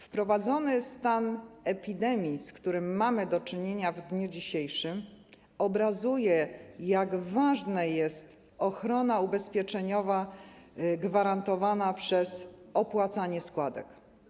Wprowadzony stan epidemii, z którym mamy do czynienia w dniu dzisiejszym, obrazuje, jak ważna jest ochrona ubezpieczeniowa gwarantowana przez opłacanie składek.